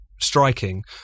striking